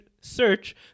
search